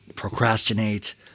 procrastinate